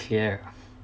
clear